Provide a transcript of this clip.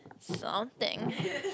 something